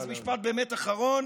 אז משפט באמת אחרון.